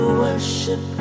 worship